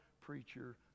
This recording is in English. preacher